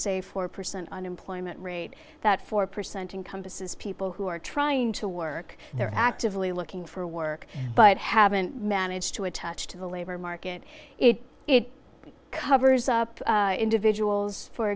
say four percent unemployment rate that four percent in compass is people who are trying to work they're actively looking for work but haven't managed to attach to the labor market it it covers up individuals for